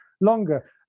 longer